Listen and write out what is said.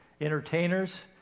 entertainers